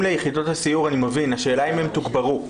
השאלה אם הן תוגברו.